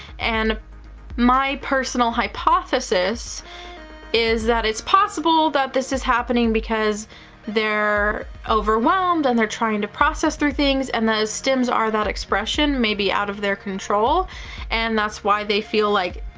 and my personal hypothesis is that it's possible that this is happening because they're overwhelmed and they're trying to process through things and the stims are that expression, maybe, out of their control and that's why they feel, like,